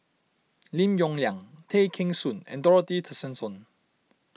Lim Yong Liang Tay Kheng Soon and Dorothy Tessensohn